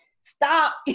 stop